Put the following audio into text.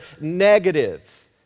negative